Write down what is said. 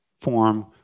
form